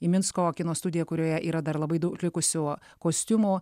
į minsko kino studiją kurioje yra dar labai daug likusių kostiumų